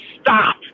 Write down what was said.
stop